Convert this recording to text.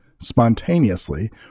spontaneously